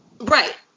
right